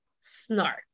snark